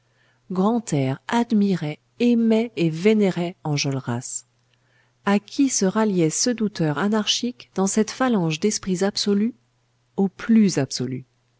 grantaire admirait aimait et vénérait enjolras à qui se ralliait ce douteur anarchique dans cette phalange d'esprits absolus au plus absolu